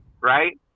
right